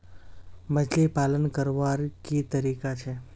मछली पालन करवार की तरीका छे?